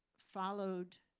followed